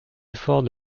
efforts